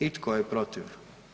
I tko je protiv?